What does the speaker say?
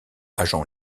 agent